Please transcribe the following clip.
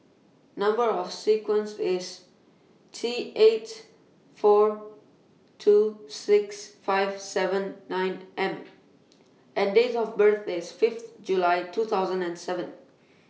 Number of sequence IS T eight four two six five seven nine M and Date of birth IS Fifth July two thousand and seven